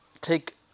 take